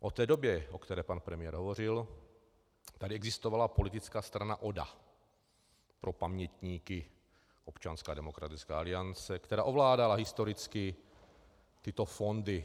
V době, o které pan premiér hovořil, tady existovala politická strana ODA, pro pamětníky Občanská demokratická aliance, která ovládala historicky tyto fondy.